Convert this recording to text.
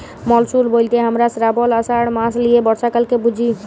monsoon ব্যলতে হামরা শ্রাবল, আষাঢ় মাস লিয়ে বর্ষাকালকে বুঝি